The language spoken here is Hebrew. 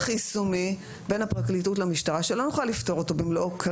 יישומי בין הפרקליטות למשטרה שכרגע לא נוכל לפתוח אותו במלואו.